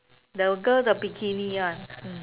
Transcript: the girl the bikini ya mm